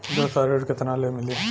व्यवसाय ऋण केतना ले मिली?